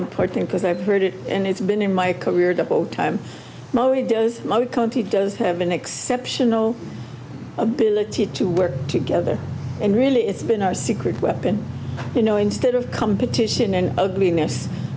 important because i've heard it and it's been in my career doubletime mode does have an exceptional ability to work together and really it's been our secret weapon you know instead of competition and ugliness